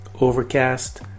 Overcast